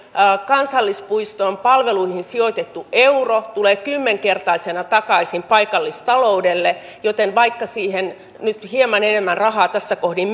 kansallispuiston palveluihin sijoitettu euro tulee kymmenkertaisena takaisin paikallista loudelle joten vaikka siihen nyt hieman enemmän rahaa tässä kohdin